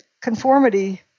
conformity